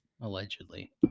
Allegedly